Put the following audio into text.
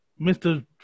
Mr